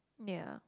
ya